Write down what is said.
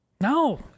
No